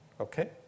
Okay